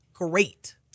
Great